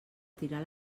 tirar